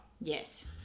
Yes